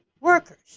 workers